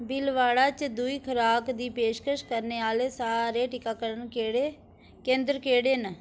भीलवाड़ा च दूई खराक दी पेशकश करने आह्ले सारे टीकाकरण केंद्र केह्ड़े न